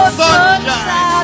sunshine